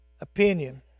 opinion